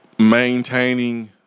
Maintaining